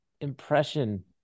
impression